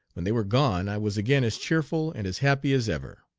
when they were gone i was again as cheerful and as happy as ever.